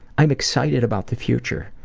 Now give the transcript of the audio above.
i'm excited about the future.